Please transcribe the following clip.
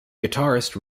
guitarist